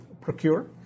procure